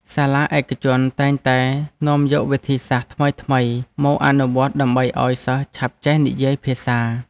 សាលាឯកជនតែងតែនាំយកវិធីសាស្ត្រថ្មីៗមកអនុវត្តដើម្បីឱ្យសិស្សឆាប់ចេះនិយាយភាសា។